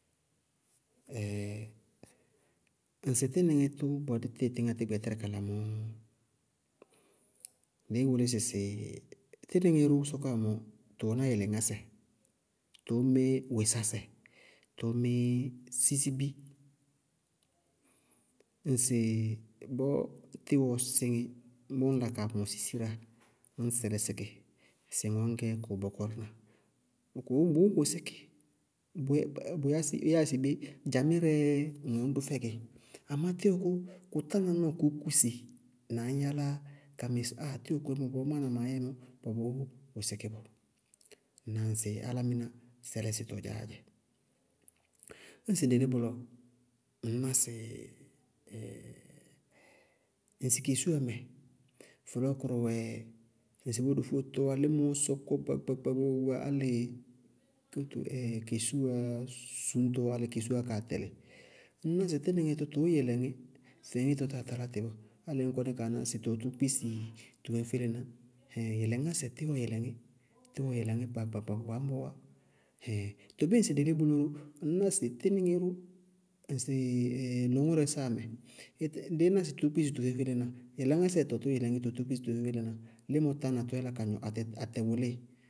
ŋsɩ tínɩŋɛ tʋ bɔɔ dí tíɩ tɩñŋá tí gbɛtɛrɛ kala mɔɔ, tínɩŋɛ róó sɔkɔwá mɔɔ tʋ wɛná yɛlɛŋásɛ, tʋʋ mí wʋsásɛ, tʋʋ mí sisibi. Ŋsɩ bɔɔ tíwɔɔ síŋí, ññ la kaa mɔsɩ siráa ŋñ sɛlɩsí kɩ sɩ ŋwɛ ŋñgɛ kʋ bɔkɔrína bʋʋ wʋsí kɩ, yáa sibé? Dzamírɛɛ ŋwɛ ŋñ dʋ fɛkɩ, amá tíwɔ kʋ kʋ tána nɔɔ kʋ kúsi na ñ yálá ka mɩ sɩ áa tíwɔ koémɔ bɔɔ má wáana maá yɛ mɔ, bʋwɛ bʋʋ wʋsí kɩ bɔɔ. Ŋnáa? Ŋsɩ álámɩná sɛlɩsítɔ dzaáá dzɛ. Ñŋsɩ dɩ lí bʋlɔ, ŋñná sɩ ɛɛɛ ŋsɩ kesua mɛ, fɔlɔɔkʋrʋ ŋsɩbɔɔ dofóo tɔwá límɔɔ sɔkɔ gbaagba gbaagba álɩ kesuwa suñtɔ álɩ kesuwaá kaa tɛlɩ, ŋñná tínɩŋɛ tʋ tʋʋ yɛlɛŋí, fɛŋítɔ táa talá tɩ bɔɔ álɩ ŋñ kɔní kaaná sɩ tʋwɛ tʋʋ kpísi tʋ féñfélená. Ɛhɛɛŋ yɛlɛŋásɛ, tíwɔɔ yɛlɛŋí, tíwɔɔ yɛlɛŋíyá gbaagba gbaagba ñbɔɔwá. Ɛhɛɛŋ too bíɩ ŋsɩ dɩ lí bʋlɔ ró ŋñná sɩ tínɩŋɛ bʋ, ŋsɩ lʋŋʋrɛ sáa mɛ, dɩí ná sɩ tʋwɛ tʋʋ kpísi tʋ féñfélená, yɛlɛŋítɔɔ tʋʋ yɛlɛŋí tʋʋ kpísi tʋ féñfélená. Límɔ tá na tʋ yálá ka gnɔ, atɛ wʋlíɩ.